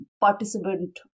participant